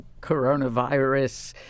coronavirus